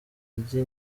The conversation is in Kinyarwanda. igi